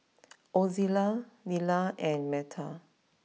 Ozella Nila and Meta